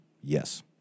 yes